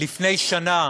לפני שנה